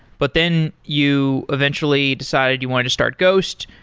but then you eventually decided you wanted to start ghost.